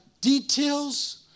details